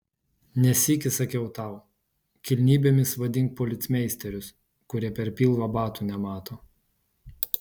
ne sykį sakiau tau kilnybėmis vadink policmeisterius kurie per pilvą batų nemato